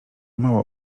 mało